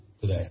today